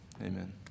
Amen